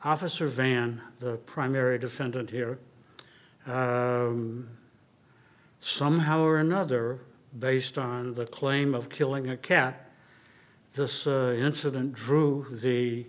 officer van the primary defendant here somehow or another based on the claim of killing a cat this incident drew the